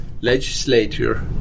legislature